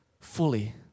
fully